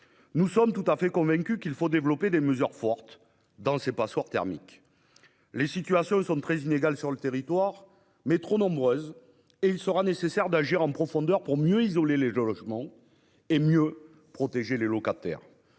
Nous sommes tout à fait convaincus qu'il faut développer des mesures fortes contre ces passoires thermiques. Les situations sont très inégales sur le territoire, mais elles sont trop nombreuses. Il sera nécessaire d'agir en profondeur pour mieux isoler les logements et mieux protéger les locataires.